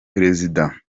perezida